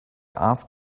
ask